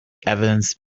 evidence